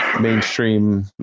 mainstream